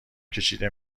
کشیده